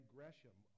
Gresham